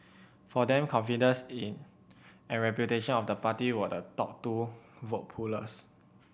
for them confidence in and reputation of the party were the top two vote pullers